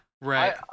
right